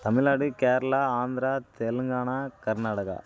Tamil Nadu Kerala Andhra Telangana Karnataka